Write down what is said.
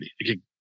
Again